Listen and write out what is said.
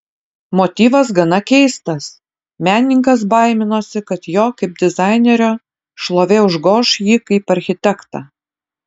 motyvas gana keistas menininkas baiminosi kad jo kaip dizainerio šlovė užgoš jį kaip architektą